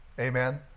Amen